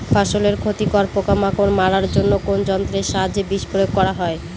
ফসলের ক্ষতিকর পোকামাকড় মারার জন্য কোন যন্ত্রের সাহায্যে বিষ প্রয়োগ করা হয়?